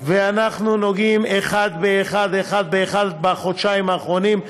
ואנחנו נוגעים באחד-אחד בחודשיים האחרונים,